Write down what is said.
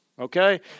Okay